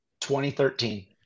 2013